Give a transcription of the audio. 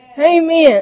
Amen